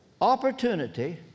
Opportunity